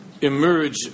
emerge